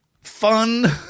fun